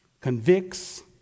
convicts